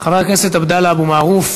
ומאוד מפוארים,